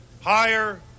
higher